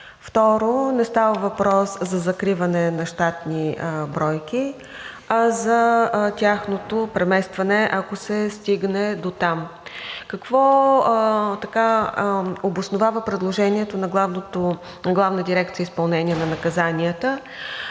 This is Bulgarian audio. Второ, не става въпрос за закриване на щатни бройки, а за тяхното преместване, ако се стигне дотам. Какво обосновава предложението на Главна дирекция „Изпълнение на наказанията“?